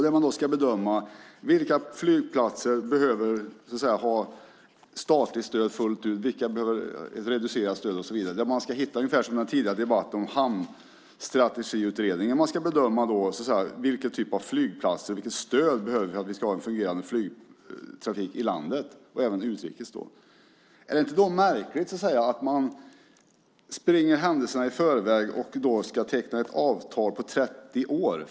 Där ska man bedöma vilka flygplatser som behöver ha statligt stöd fullt ut, vilka som ska ha reducerat stöd och så vidare. Ungefär på samma sätt som när det gällde Hamnstrategiutredningen, som debatterades här tidigare, ska man bedöma vilken typ av flygplatser vi ska ha och vilket stöd som behövs för att vi ska ha fungerande flygtrafik i landet, och även utrikes. Är det då inte märkligt att man springer händelserna i förväg och ska teckna ett avtal på 30 år?